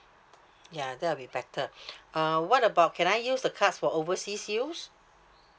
ya that will be better uh what about can I use the cards for overseas use